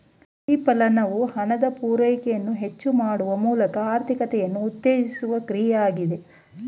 ಪ್ರತಿಫಲನವು ಹಣದ ಪೂರೈಕೆಯನ್ನು ಹೆಚ್ಚು ಮಾಡುವ ಮೂಲಕ ಆರ್ಥಿಕತೆಯನ್ನು ಉತ್ತೇಜಿಸುವ ಕ್ರಿಯೆ ಆಗಿದೆ